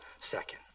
second